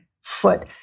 foot